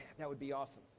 that would be awesome.